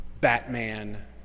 Batman